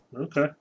Okay